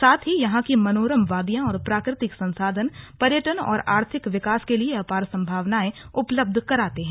साथ ही यहां की मनोरम वादियां और प्राकृतिक संसाधन पर्यटन और आर्थिक विकास के लिए अपार संभावनाएं उपलब्ध कराते हैं